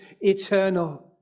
eternal